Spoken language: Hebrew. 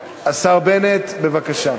השר בנט, בבקשה.